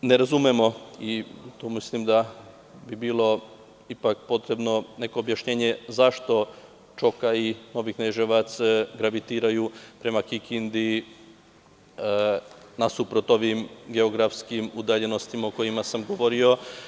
Ne razumemo i tu mislim da bi bilo ipak potrebno neko objašnjenje, zašto Čoka i Novi Kneževac gravitiraju prema Kikindi nasuprot ovim geografskim udaljenostima o kojima sam govorio?